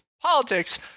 politics